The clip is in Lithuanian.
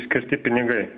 skirti pinigai